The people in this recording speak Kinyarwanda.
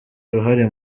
ruhare